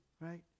right